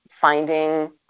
finding